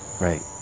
Right